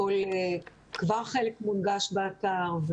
חלק כבר מונגש באתר,